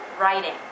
writing